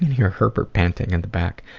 hear herbert panting in the back.